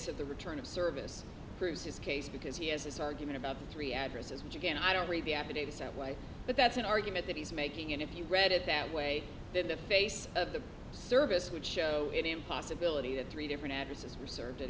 of the return of service proves his case because he has his argument about three addresses which again i don't read the affidavit that way but that's an argument that he's making and if you read it that way then the face of the service would show it in possibility that three different addresses were served at